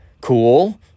cool